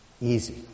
easy